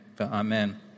Amen